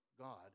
God